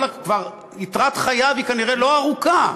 יתרת חייו כבר כנראה לא ארוכה,